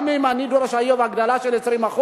גם אם אני דורש היום הגדלה של 20%,